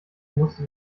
musste